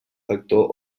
factor